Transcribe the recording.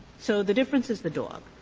so the difference is the dog.